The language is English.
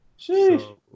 Sheesh